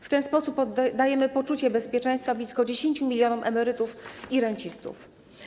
W ten sposób dajemy poczucie bezpieczeństwa blisko 10 mln emerytów i rencistów.